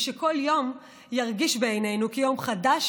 ושכל יום ירגיש בעינינו כיום חדש